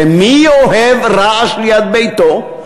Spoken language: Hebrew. הרי מי אוהב רעש ליד ביתו?